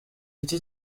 iki